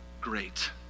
great